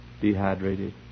dehydrated